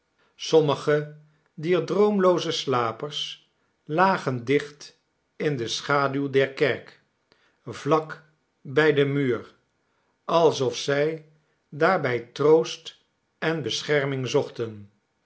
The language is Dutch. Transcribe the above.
sommigen dier droomlooze slapers lagen dicht in de schaduw der kerk vlak bij den muur alsof zij daarbij troost en bescherming zochten